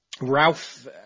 Ralph